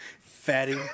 fatty